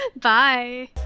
Bye